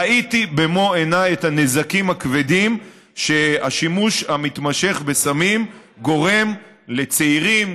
ראיתי במו עיניי את הנזקים הכבדים שהשימוש המתמשך בסמים גורם לצעירים,